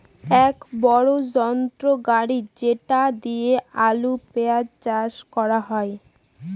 এক বড়ো যন্ত্র গাড়ি যেটা দিয়ে আলু, পেঁয়াজ চাষ করা হয়